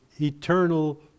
eternal